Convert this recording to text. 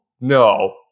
no